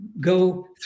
go